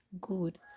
good